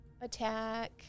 attack